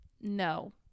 no